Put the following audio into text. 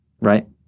right